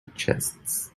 chests